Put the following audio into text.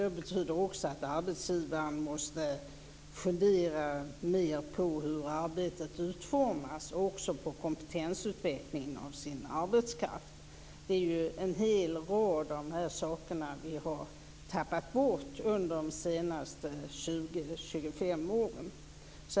Det betyder att arbetsgivaren måste mer fundera på hur arbetet utformas och på kompetensutveckling av arbetskraften. En hel del av dessa saker har tappats bort under de senaste 20-25 åren.